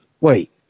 wait